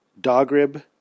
Dogrib